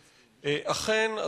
אכן,